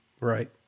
Right